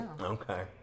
okay